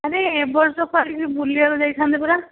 ଆରେ ଏ ବର୍ଷ କୁଆଡ଼େ ଟିକେ ବୁଲିବାକୁ ଯାଇଥାନ୍ତେ ପରା